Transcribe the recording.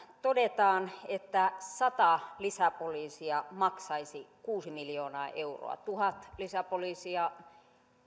todetaan että sata lisäpoliisia maksaisi kuusi miljoonaa euroa tuhat lisäpoliisia